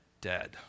Dead